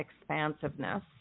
expansiveness